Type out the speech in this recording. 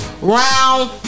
round